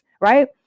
Right